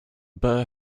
bird